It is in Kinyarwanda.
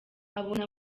abona